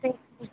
देखिए